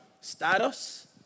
status